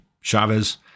Chavez